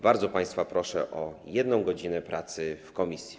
Bardzo państwa proszę o jedną godzinę pracy w komisji.